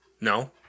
No